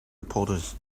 reporters